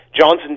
Johnson